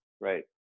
right